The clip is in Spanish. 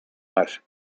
más